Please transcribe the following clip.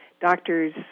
doctors